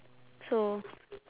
so